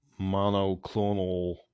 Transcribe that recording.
monoclonal